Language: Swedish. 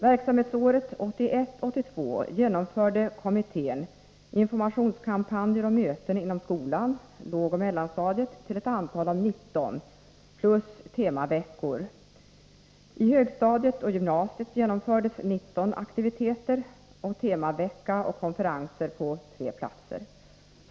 Verksamhetsåret 1981/82 genomförde kommittén informationskampanjer och möten inom skolan — på lågoch mellanstadiet — till ett antal av 19 plus temaveckor. I högstadium och gymnasium genomfördes 19 aktiviteter samt temavecka och konferenser på tre platser.